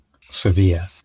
severe